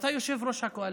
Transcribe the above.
אתה יושב-ראש הקואליציה.